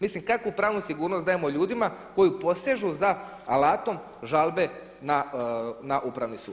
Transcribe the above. Mislim kakvu pravnu sigurnost dajemo ljudima koji posežu za alatom žalbe na upravni sud?